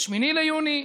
ב-8 ביולי,